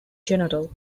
general